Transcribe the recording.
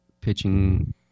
pitching